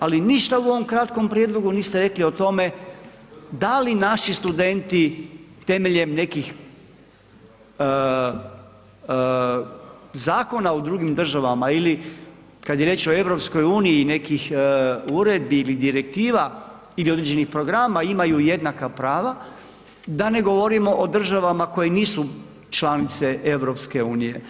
Ali ništa u ovom kratkom prijedlogu niste rekli o tome da li naši studenti temeljem nekih zakona u drugim državama ili kad je riječ o EU i nekih uredbi ili direktiva ili određenih programa imaju jednaka prava da ne govorimo o državama koje nisu članice EU.